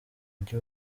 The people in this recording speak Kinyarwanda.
mujyi